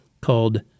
called